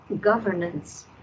governance